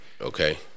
Okay